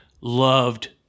loved